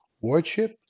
wardship